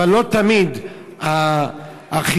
לא תמיד הכירורגים,